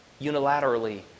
unilaterally